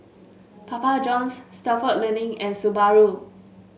Papa Johns Stalford Learning and Subaru